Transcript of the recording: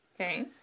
Okay